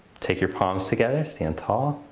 take your palms together stand tall.